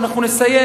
ואנחנו נסיים,